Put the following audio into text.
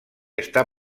està